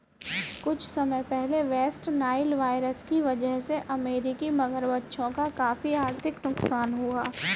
कुछ समय पहले वेस्ट नाइल वायरस की वजह से अमेरिकी मगरमच्छों का काफी आर्थिक नुकसान हुआ